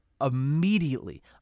immediately